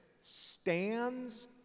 stands